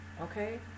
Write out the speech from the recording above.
okay